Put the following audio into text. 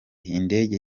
indege